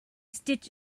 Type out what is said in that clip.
stitch